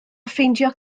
ffeindio